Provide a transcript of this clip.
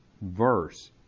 verse